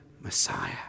Messiah